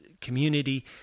community